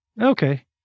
Okay